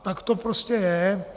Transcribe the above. Tak to prostě je.